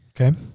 Okay